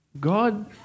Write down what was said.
God